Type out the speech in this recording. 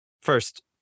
first